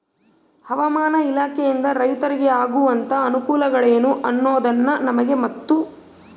ಹವಾಮಾನ ಇಲಾಖೆಯಿಂದ ರೈತರಿಗೆ ಆಗುವಂತಹ ಅನುಕೂಲಗಳೇನು ಅನ್ನೋದನ್ನ ನಮಗೆ ಮತ್ತು?